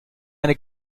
eine